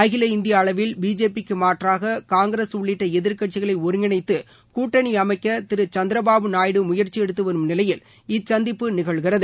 அகில இந்திய அளவில் பிஜேபி க்கு மாற்றாக காங்கிரஸ் உள்ளிட்ட எதிர்க்கட்சிகளை ஒருங்கிணைத்து கூட்டணி அமைக்க திரு சந்திரபாபு நாயுடு முயற்சி எடுத்துவரும் நிலையில் இச்சந்திப்பு நிகழ்கிறது